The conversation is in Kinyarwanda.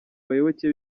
bayoboke